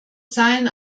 sein